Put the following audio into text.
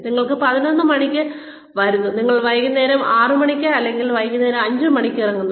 നിങ്ങൾ പതിനൊന്ന് മണിക്ക് വരുന്നു നിങ്ങൾ വൈകുന്നേരം ആറ് മണിക്ക് അല്ലെങ്കിൽ വൈകുന്നേരം അഞ്ച് മണിക്ക് ഇറങ്ങുന്നു